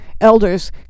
elders